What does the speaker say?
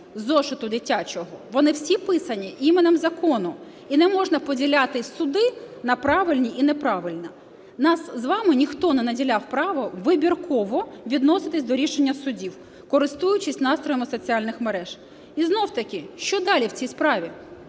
зошита дитячого, вони всі писані іменем закону, і не можна поділяти суди на правильні і неправильні. Нас з вами ніхто не наділяв правом вибірково відноситись до рішення судів, користуючись настроями соціальних мереж. І знову таки, що далі в цій справі?